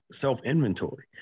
self-inventory